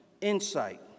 insight